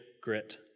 grit